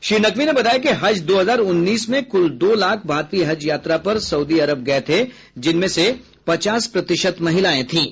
श्री नकवी ने बताया कि हज दो हजार उन्नीस में कुल दो लाख भारतीय हज यात्रा पर सउदी अरब गये थे जिनमें से पचास प्रतिशत महिलाएं थीं